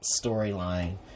storyline